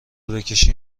بکشی